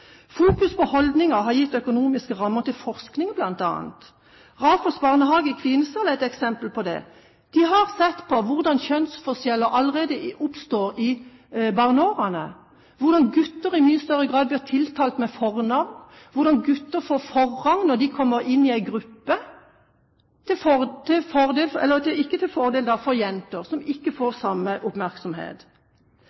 Fokus på holdninger har gitt økonomiske rammer til forskning som bl.a. Rafoss barnehage i Kvinesdal er et eksempel på. De har sett på hvordan kjønnsforskjeller oppstår allerede i barneårene, hvordan gutter i mye større grad blitt tiltalt med fornavn, og hvordan gutter får forrang når de kommer inn i en gruppe, noe som ikke gjelder for jenter, som ikke